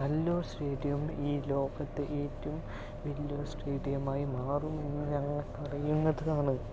Kallur stadium ഈ ലോകത്തെ ഏറ്റവും വല്ലിയൊരു സ്റ്റേഡിയമായി മാറും എന്ന് ഞങ്ങൾ പറയുന്നതാണ്